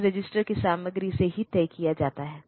तो एड्रेस और डेटा वे एक ही पिन पर मैप किया गया है